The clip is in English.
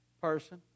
person